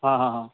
ہاں ہاں ہاں